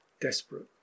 desperate